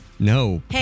No